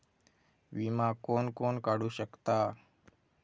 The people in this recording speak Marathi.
विमा कोण कोण काढू शकता?